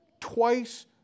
twice